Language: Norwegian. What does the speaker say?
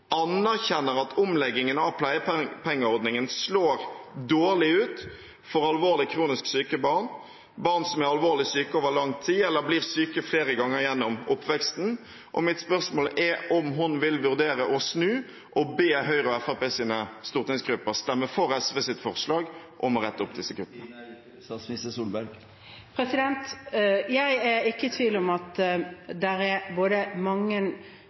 at omleggingen av pleiepengeordningen slår dårlig ut for alvorlig kronisk syke barn, barn som er alvorlig syke over lang tid, eller blir syke flere ganger gjennom oppveksten? Og vil hun vurdere å snu og be Høyres og Fremskrittspartiets stortingsgrupper stemme for SVs forslag om å rette opp disse kuttene? Jeg er ikke i tvil om at det er mange rørende historier – jeg har også lest og sett mange